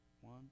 One